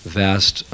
vast